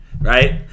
right